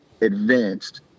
advanced